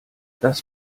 das